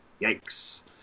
yikes